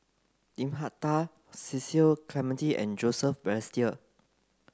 Lim Hak Tai Cecil Clementi and Joseph Balestier